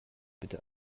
bitte